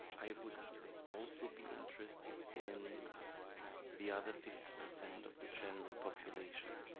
i would also be interested in the other fifty percent of the general population.